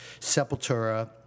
Sepultura